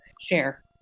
share